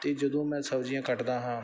ਅਤੇ ਜਦੋਂ ਮੈਂ ਸਬਜ਼ੀਆਂ ਕੱਟਦਾ ਹਾਂ